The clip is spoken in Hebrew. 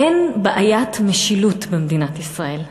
אין בעיית משילות במדינת ישראל,